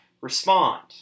respond